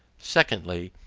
secondly,